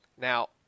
Now